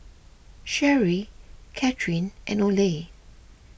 Sherrie Cathryn and Oley